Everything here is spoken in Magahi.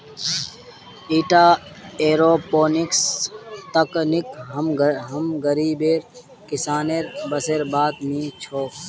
ईटा एयरोपोनिक्स तकनीक हम गरीब किसानेर बसेर बात नी छोक